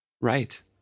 Right